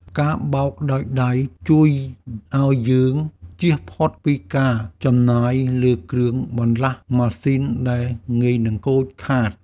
ការបោកដោយដៃជួយឱ្យយើងចៀសផុតពីការចំណាយលើគ្រឿងបន្លាស់ម៉ាស៊ីនដែលងាយនឹងខូចខាត។